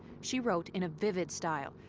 she wrote in a vivid style,